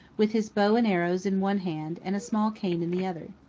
with his bow and arrows in one hand and a small cane in the other.